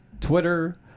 Twitter